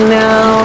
now